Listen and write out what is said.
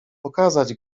pokazać